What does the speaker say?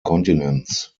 kontinents